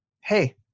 hey